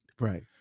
Right